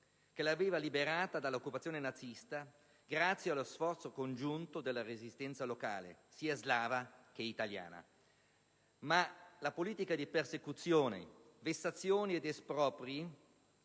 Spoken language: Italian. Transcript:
che l'aveva liberata dall'occupazione nazista grazie allo sforzo congiunto della resistenza locale, sia slava che italiana. Tuttavia, la politica di persecuzioni, vessazioni ed espropri